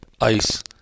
ice